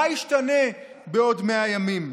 מה ישתנה בעוד 100 ימים?